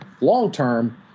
long-term